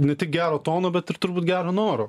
ne tik gero tono bet ir turbūt gero noro